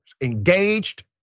engaged